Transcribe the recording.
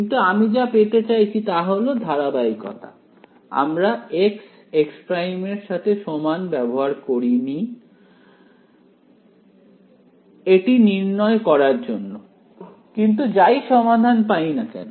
কিন্তু আমি যা পেতে চাইছি তা হলো ধারাবাহিকতা আমরা x ≠ x′ ব্যবহার করি এটি নির্ণয় করার জন্য কিন্তু যাই সমাধান পাই না কেন